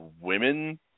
women